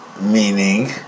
Meaning